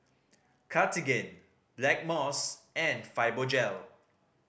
Cartigain Blackmores and Fibogel